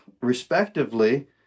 respectively